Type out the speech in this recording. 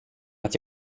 att